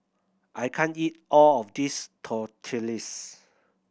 I can't eat all of this Tortillas